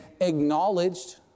acknowledged